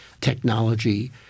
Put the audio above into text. technology